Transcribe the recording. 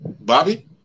Bobby